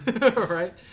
Right